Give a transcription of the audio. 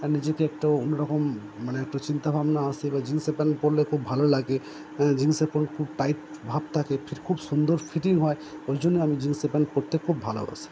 নিজেকে একটা অন্যরকম মানে একটা চিন্তাভাবনা আসে বা জিন্সের প্যান্ট পরলে খুব ভালো লাগে জিন্সের প্যান্ট খুব টাইট ভাব থাকে খুব সুন্দর ফিটিং হয় ওই জন্য আমি জিন্সের প্যান্ট পরতে খুব ভালোবাসি